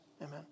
Amen